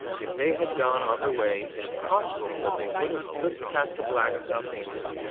if they had gone on their way it is possible that they would have slipped past the blacks without danger.